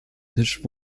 tisch